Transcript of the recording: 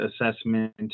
assessment